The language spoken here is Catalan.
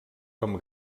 com